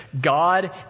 God